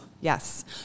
yes